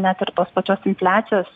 net ir tos pačios infliacijos